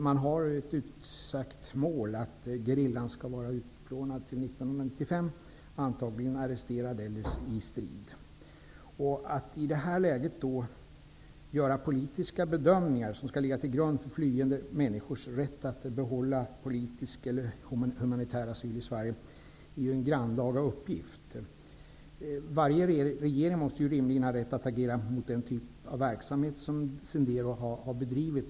Man har det utsagda målet att gerillan skall var utplånad till 1995, antagligen genom arresteringar eller strid. Att i det här läget göra politiska bedömningar som skall ligga till grund för flyende människors rätt att få politisk eller humanitär asyl i Sverige är en grannlaga uppgift. Varje regering måste rimligen ha rätt att agera mot den typ av verksamhet som Sendera Luminoso har bedrivit.